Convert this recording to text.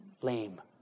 lame